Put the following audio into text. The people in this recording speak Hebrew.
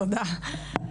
תודה.